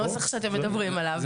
הנוסח שאתם מדברים עליו.